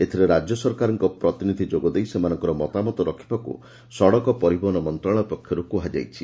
ଏଥିରେ ରାଜ୍ୟ ସରକାରଙ୍କ ପ୍ରତିନିଧି ଯୋଗଦେଇ ସେମାନଙ୍କର ମତାମତ ରଖିବାକୁ ସଡ଼କ ପରିବହନ ମନ୍ତଶାଳୟ ପକ୍ଷରୁ କୁହାଯାଇଛି